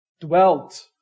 dwelt